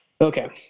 Okay